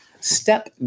step